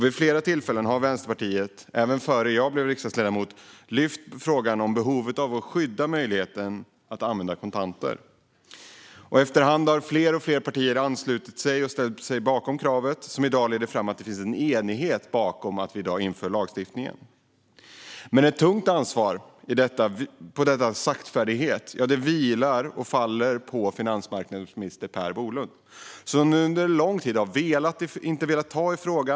Vid flera tillfällen har Vänsterpartiet, även innan jag blev riksdagsledamot, lyft fram frågan om behovet av att skydda möjligheten att använda kontanter. Efter hand har fler och fler partier anslutit sig och ställt sig bakom det krav som nu lett fram till att det finns en enighet bakom att vi i dag inför denna lagstiftning. Ett tungt ansvar för denna saktfärdighet faller på finansmarknadsminister Per Bolund, som under lång tid inte velat ta i frågan.